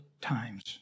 times